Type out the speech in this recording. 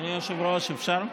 אדוני היושב-ראש, אפשר?